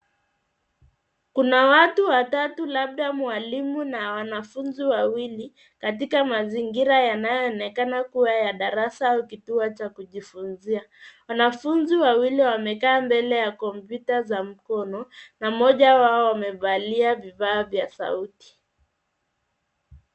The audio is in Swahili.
Kuna watu watatu labda mwalimu na wanafunzi wawili katika mazingira yanayoonekana kuwa ya darasa au kituo cha kujifunzia. Wanafunzi wawili wamekaa mbele ya kompyuta za mkono na mmoja wao amevalia vifaa vya sauti.